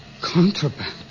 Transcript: Contraband